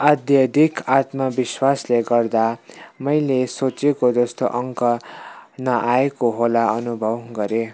अत्याधिक आत्मविश्वासले गर्दा मैले सोचेको जस्तो अङ्क नआएको होला अनुभव गरेँ